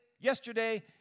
yesterday